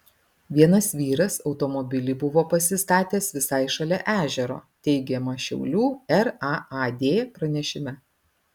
vienas vyras automobilį buvo pasistatęs visai šalia ežero teigiama šiaulių raad pranešime